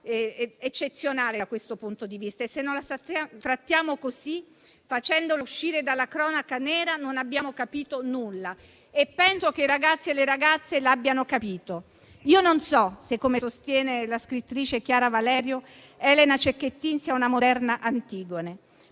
eccezionale da questo punto di vista. Se non la trattiamo così, facendola uscire dalla cronaca nera, non abbiamo capito nulla; e penso che i ragazzi e le ragazze l'abbiano capito. Io non so se, come sostiene la scrittrice Chiara Valerio, Elena Cecchettin sia una moderna Antigone.